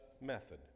method